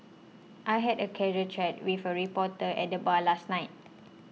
I had a casual chat with a reporter at the bar last night